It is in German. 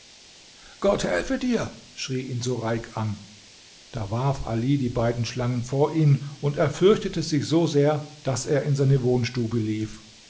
gott helfe dir schrie ihn sureik an da warf ali die beiden schlangen vor ihn und er fürchtete sich so sehr daß er in seine wohnstube lief